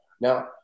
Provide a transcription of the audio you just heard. Now